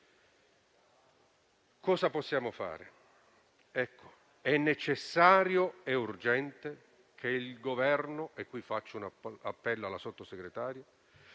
Cosa possiamo fare? Ecco, è necessario e urgente che il Governo - faccio qui un appello alla Sottosegretaria